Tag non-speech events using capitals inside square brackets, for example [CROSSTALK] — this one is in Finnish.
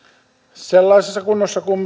sellaisessa kunnossa kuin [UNINTELLIGIBLE]